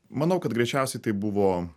manau kad greičiausiai tai buvo